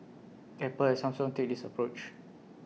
Apple and Samsung take this approach